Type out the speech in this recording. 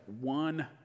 one